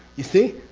you see?